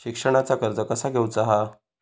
शिक्षणाचा कर्ज कसा घेऊचा हा?